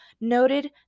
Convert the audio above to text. noted